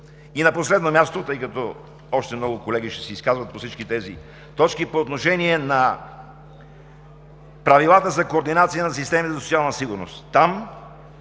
И на последно място, тъй като още много колеги ще се изказват по всички тези точки, по отношение на Правилата за координация на системи за социална сигурност,